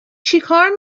چیکار